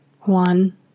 One